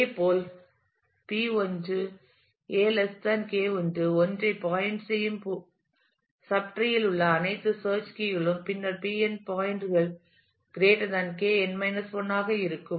இதேபோல் P1 a K1 1 ஐ point செய்யும் சப்டிரீயில் உள்ள அனைத்து சேர்ச் கீ களும் பின்னர் Pn பாயின்ட் கள் Kn 1 ஆக இருக்கும்